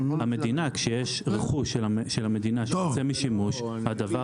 המדינה כשיש רכוש של המדינה שיוצא משימוש הדבר